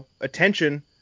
attention